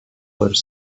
var